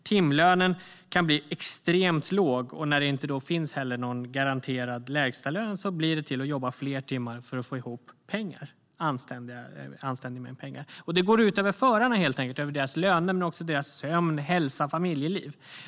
Timlönen kan bli extremt låg, och när det inte finns någon garanterad lägstalön blir det till att jobba fler timmar för att få ihop en anständig mängd pengar. Det går ut över förarnas löner, sömn, hälsa och familjeliv.